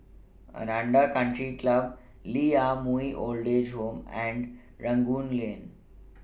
Aranda Country Club Lee Ah Mooi Old Age Home and Rangoon Lane